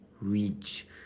reach